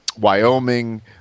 Wyoming